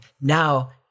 now